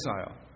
exile